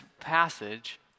passage